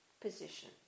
position